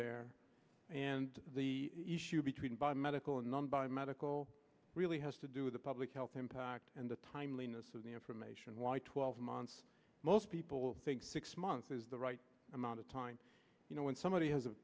there and the issue between by medical and none by medical really has to do with the public health impact and the timeliness of the information why twelve months most people think six months is the right amount of time you know when somebody has a